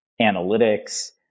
analytics